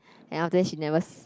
and after that she never